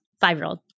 five-year-old